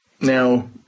Now